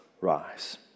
rise